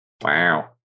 Wow